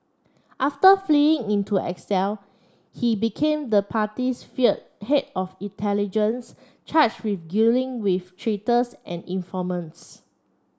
after fleeing into exile he became the party's feared head of intelligence charge with dealing with traitors and informants